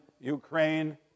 Ukraine